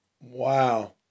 Wow